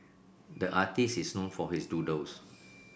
the artist is known for his doodles